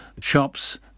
shops